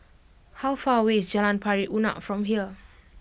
how far away is Jalan Pari Unak from here